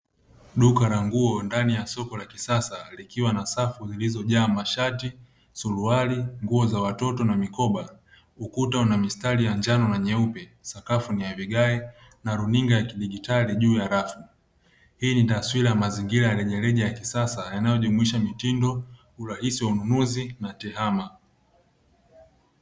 Duka la nguo ndani ya soko la kisasa likiwa na safu zilizojaa mashati, suruali, nguo za watoto na mikoba ,ukuta una mistari ya njano na nyeupe, sakafu ni ya vigae na runinga ya kidijitali juu ya rafu. Hii ni taswira ya mazingira ya rejareja ya kisasa yanayojumuisha mitindo, urahisi wa ununuzi na tehama.